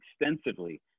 extensively